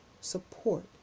support